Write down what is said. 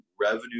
revenue